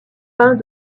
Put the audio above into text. peint